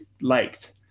liked